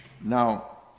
Now